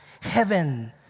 heaven